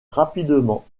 rapidement